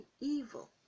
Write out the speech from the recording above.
evil